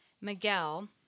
miguel